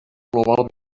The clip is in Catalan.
global